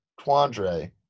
Quandre